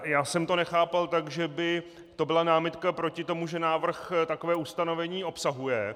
Já jsem to nechápal tak, že by to byla námitka proti tomu, že návrh takové ustanovení obsahuje.